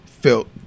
felt